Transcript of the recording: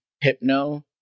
Hypno